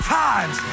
times